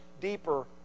deeper